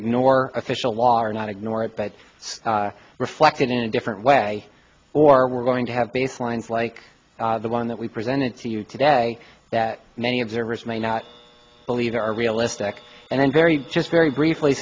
ignore official law or not ignore it but it's reflected in a different way or we're going to have bass lines like the one that we presented to you today that many observers may not believe are realistic and very just very briefly